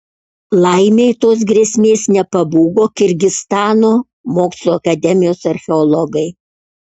laimei tos grėsmės nepabūgo kirgizstano mokslų akademijos archeologai